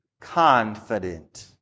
confident